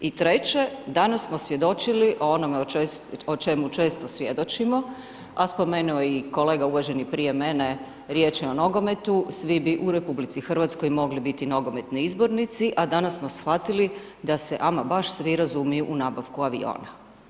I treće, danas smo svjedočili o onome o čemu često svjedočimo a spomenuo je i kolega uvaženi prije mene, riječ je o nogometu, svi bi u Republici Hrvatskoj, mogli biti nogometni izbornici, a danas smo shvatili, da se ama baš svi razumiju u nabavku aviona.